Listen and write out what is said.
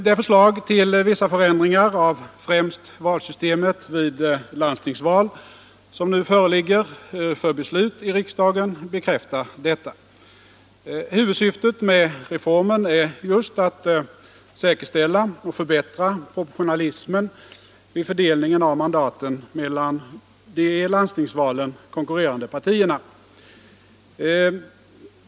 Det förslag till vissa förändringar av främst valsystemet i landstingsval som nu föreligger för beslut i riksdagen bekräftar detta. Huvudsyftet med reformen är att säkerställa och förbättra proportionalismen vid fördelning av mandaten mellan de i landstingsvalen konkurrerande partierna.